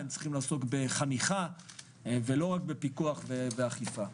הם צריכים לעסוק בחניכה ולא רק בפיקוח ואכיפה.